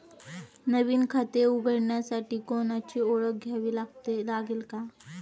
नवीन खाते उघडण्यासाठी कोणाची ओळख द्यावी लागेल का?